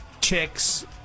chicks